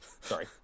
Sorry